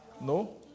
No